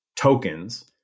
Tokens